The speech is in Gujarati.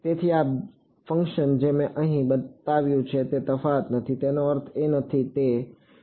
તેથી આ ફંક્શન જે મેં અહીં બતાવ્યું છે તે તફાવત નથી એનો અર્થ એ નથી કે તે છે